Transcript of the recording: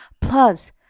Plus